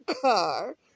car